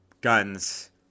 guns